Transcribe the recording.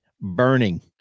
burning